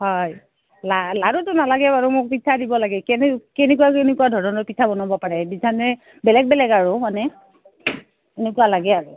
হয় ল লাৰুটো নালাগে বাৰু মোক পিঠা দিব লাগে কেনে কেনেকুৱা কেনেকুৱা ধৰণৰ পিঠা বনাব পাৰে পিঠানে বেলেগ বেলেগ আৰু মানে এনেকুৱা লাগে আৰু